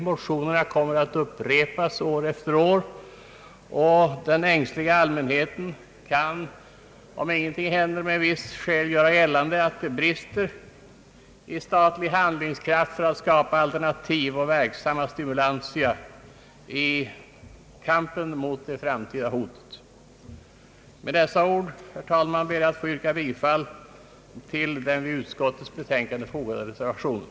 Motionerna kommer att upprepas år efter år och den ängsliga allmänheten kan, om ingenting händer, med visst fog göra gällande att det brister i statlig handlingskraft för att skapa alternativ och verksamma stimulanser i kampen mot det framtida hotet. Med dessa ord, herr talman, ber jag att få yrka bifall till den vid utskottets betänkande fogade reservationen.